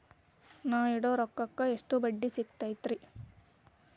ನಾ ಇಡೋ ರೊಕ್ಕಕ್ ಎಷ್ಟ ಬಡ್ಡಿ ಸಿಕ್ತೈತ್ರಿ?